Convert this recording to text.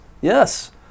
Yes